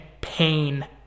pain